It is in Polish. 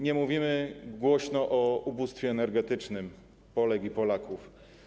Nie mówimy głośno o ubóstwie energetycznym Polek i Polaków.